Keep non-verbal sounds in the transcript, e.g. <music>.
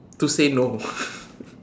to say no <laughs>